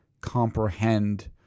comprehend